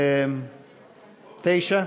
9?